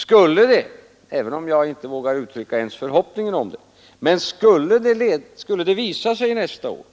Skulle det — även om jag inte vågar uttrycka ens Avtal med EEC, förhoppningen om det — visa sig nästa år